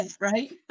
right